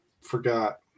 forgot